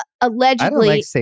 allegedly